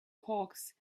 hawks